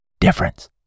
difference